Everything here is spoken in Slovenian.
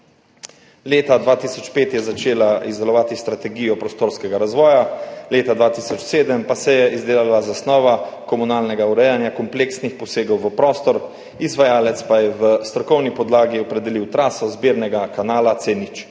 Leta 2005 se je začela izdelovati strategija prostorskega razvoja, leta 2007 pa se je izdelala zasnova komunalnega urejanja kompleksnih posegov v prostor, izvajalec pa je v strokovni podlagi opredelil traso zbirnega kanala C0,